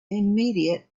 immediate